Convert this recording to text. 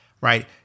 right